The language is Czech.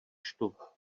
čtu